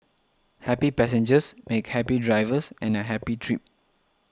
happy passengers make happy drivers and a happy trip